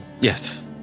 Yes